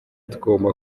tugomba